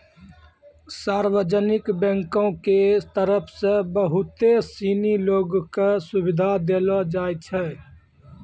सार्वजनिक बैंको के तरफ से बहुते सिनी लोगो क सुविधा देलो जाय छै